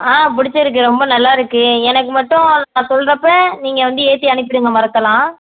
ஆ பிடிச்சிருக்கு ரொம்ப நல்லாயிருக்கு எனக்கு மட்டும் அதை நான் சொல்கிறப்ப நீங்கள் வந்து ஏற்றி அனுப்பிவிடுங்க மரத்தெல்லாம்